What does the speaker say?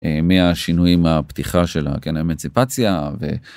מהשינויים הפתיחה שלה כן, האמנציפציה.